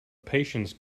patience